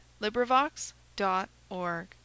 LibriVox.org